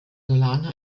solana